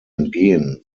entgehen